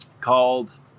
called